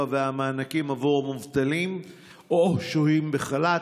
והמענקים עבור המובטלים או השוהים בחל"ת.